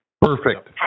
Perfect